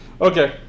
okay